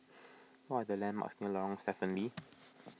what are the landmarks near Lorong Stephen Lee